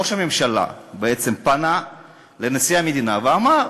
שראש הממשלה בעצם פנה לנשיא המדינה ואמר: